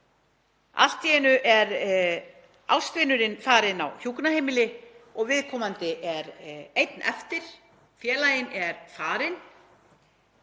Allt í einu er ástvinurinn farinn á hjúkrunarheimili og viðkomandi er einn eftir. Félaginn er farinn